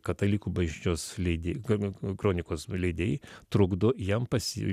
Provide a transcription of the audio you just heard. katalikų bažnyčios leidi kro kronikos leidėjai trukdo jam pas